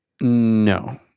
No